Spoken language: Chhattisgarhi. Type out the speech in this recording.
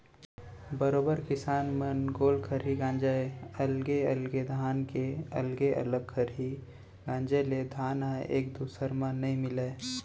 बरोबर किसान मन गोल खरही गांजय अलगे अलगे धान के अलगे अलग खरही गांजे ले धान ह एक दूसर म नइ मिलय